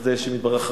בחסדי השם יתברך,